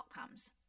outcomes